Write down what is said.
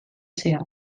zehar